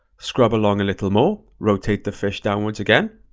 scrub along a little more, rotate the fish downwards again,